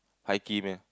high key meh